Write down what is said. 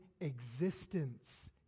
existence